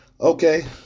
Okay